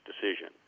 decision